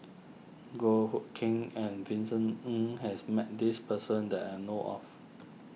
Goh Hood Keng and Vincent Ng has met this person that I know of